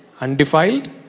undefiled